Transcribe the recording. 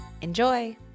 Enjoy